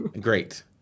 Great